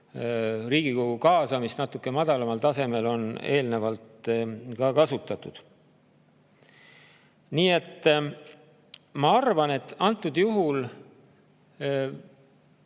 Riigikogu kaasamist natuke madalamal tasemel on eelnevalt ka kasutatud. Nii et ma arvan, et antud juhul